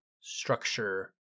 structure